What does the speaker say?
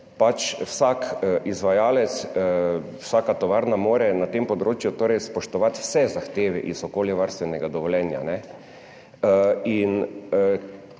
vsak izvajalec, vsaka tovarna mora na tem področju spoštovati vse zahteve iz okoljevarstvenega dovoljenja.